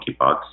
monkeypox